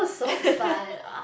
view